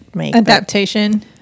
Adaptation